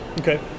Okay